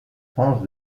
france